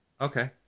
Okay